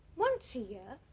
once a year?